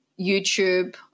YouTube